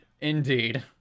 Indeed